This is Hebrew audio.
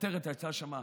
הכותרת שם הייתה: